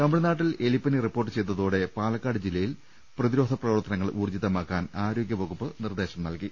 തമിഴ്നാട്ടിൽ എലിപ്പനി റിപ്പോർട്ട് ചെയ്തതോടെ പാലക്കാട് ജില്ലയിൽ പ്രതിരോധ പ്രവർത്തനങ്ങൾ ഊർജ്ജിതമാക്കാൻ ആരോഗ്യവകുപ്പ് നിർദ്ദേശം നൽകി